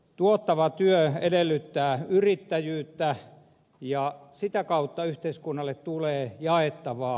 tuottava työ edellyttää yrittäjyyttä ja sitä kautta yhteiskunnalle tulee jaettavaa